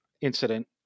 incident